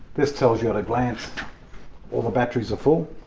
this tells you at a glance all the batteries are full,